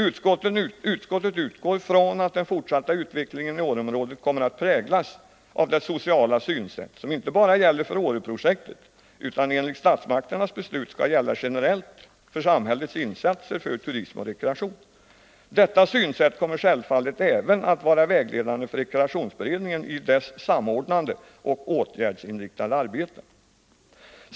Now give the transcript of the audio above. Utskottet utgår från att den fortsatta utvecklingen i Åreområdet kommer att präglas av det sociala synsätt som inte bara gäller för Åreprojektet utan som, enligt statsmakternas beslut, skall gälla generellt för samhällets insatser för turism och rekreation. Detta synsätt kommer självfallet även att vara vägledande för rekreationsberedningen i dess samordnande och åtgärdsinriktade arbete.